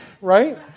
right